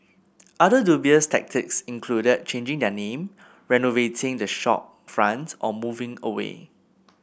other dubious tactics included changing their name renovating the shopfront or moving away